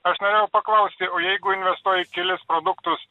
aš norėjau paklausti o jeigu investuoji į kelis produktus